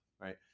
right